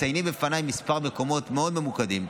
תצייני בפניי כמה מקומות מאוד ממוקדים,